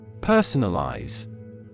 Personalize